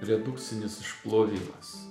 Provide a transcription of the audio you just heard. redukcinis išplovimas